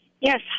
Yes